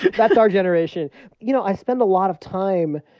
that's our generation you know, i spend a lot of time,